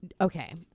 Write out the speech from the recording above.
okay